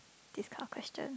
this kind of question